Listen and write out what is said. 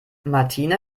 martina